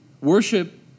Worship